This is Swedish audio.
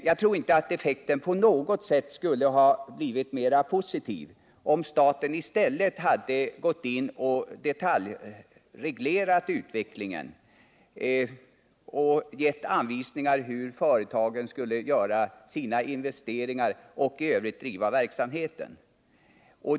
Jag tror inte att effekten på något sätt skulle ha blivit mer positiv om staten hade gått in och detaljreglerat utvecklingen och givit anvisningar för hur företagen skulle göra sina investeringar och i övrigt driva verksamheten.